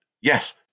yes